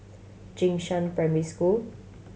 Jing Shan Primary School